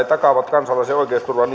takaavat kansalaisen oikeusturvan